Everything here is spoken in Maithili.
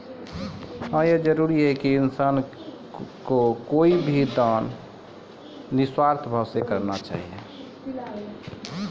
इंसान के कोय भी दान निस्वार्थ भाव से करना चाहियो